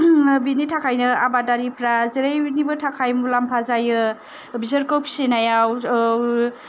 बिनि थाखायनो आबादारिफ्रा जेरैनिबो थाखाय मुलाम्फा जायो बिसोरखौ फिसिनायाव